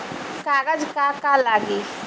कागज का का लागी?